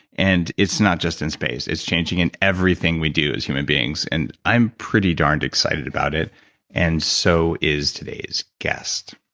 and it's not just in space, it's changing in everything we do as human beings. and i'm pretty darned excited about it and so is today's guest.